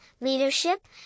leadership